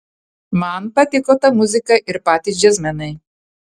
man patiko ta muzika ir patys džiazmenai